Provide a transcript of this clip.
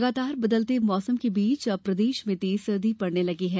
लगातार बदलते मौसम के बीच अब प्रदेश में तेज सर्दी पड़ने लगी है